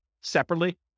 separately